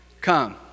Come